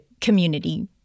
community